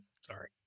Sorry